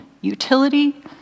utility